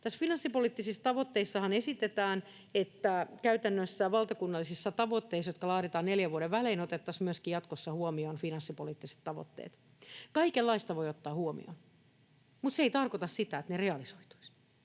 Näissä finanssipoliittisissa tavoitteissahan esitetään, että käytännössä valtakunnallisissa tavoitteissa, jotka laaditaan neljän vuoden välein, otettaisiin jatkossa huomioon myöskin finanssipoliittiset tavoitteet. Kaikenlaista voi ottaa huomioon, mutta se ei tarkoita sitä, ne realisoituisivat,